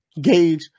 gauge